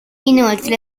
inoltre